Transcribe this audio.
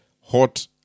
hot